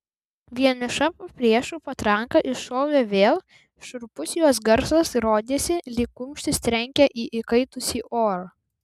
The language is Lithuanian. vieniša priešų patranka iššovė vėl šiurpus jos garsas rodėsi lyg kumštis trenkia į įkaitusį orą